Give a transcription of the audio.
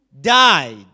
died